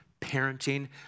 parenting